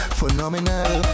phenomenal